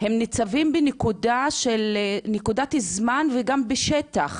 הם ניצבים בנקודת זמן וגם בשטח